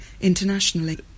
internationally